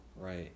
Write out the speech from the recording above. Right